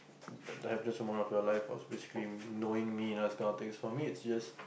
the the happiest moment of your life is basically knowing me this kind of thing for me it's just